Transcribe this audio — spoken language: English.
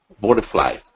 butterfly